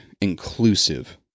inclusive